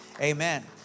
Amen